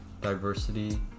diversity